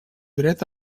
dret